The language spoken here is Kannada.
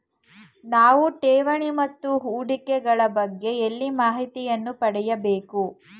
ನಾವು ಠೇವಣಿ ಮತ್ತು ಹೂಡಿಕೆ ಗಳ ಬಗ್ಗೆ ಎಲ್ಲಿ ಮಾಹಿತಿಯನ್ನು ಪಡೆಯಬೇಕು?